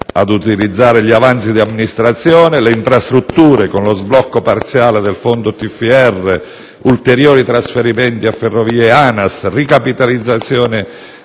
ad utilizzare gli avanzi di amministrazione), le infrastrutture (con lo sblocco parziale del fondo TFR, ulteriori trasferimenti a Ferrovie e ANAS, ricapitalizzazione